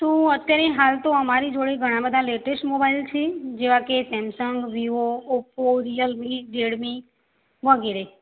તો અત્યારે હાલ તો અમારી જોડે ઘણા બધા લેટેસ્ટ મોબાઈલ છે જેવા કે Samsung Vivo Oppo Realme Redmi વગેરે